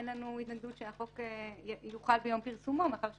אין לנו התנגדות שהחוק יוחל ביום פרסומו מאחר ששוב,